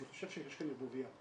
אני חושב שיש כאן ערבוביה,